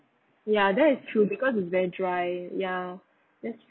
ya that is true because it's very dry ya that's